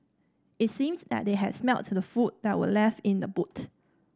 it seemed that they had smelt the food that were left in the boot